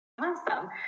Awesome